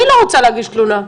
אני לא רוצה להגיש תלונה.